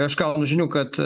aš gaunu žinių kad